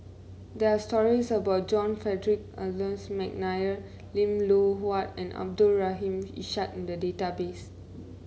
there're stories about John Frederick Adolphus McNair Lim Loh Huat and Abdul Rahim Ishak in the database